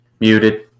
Muted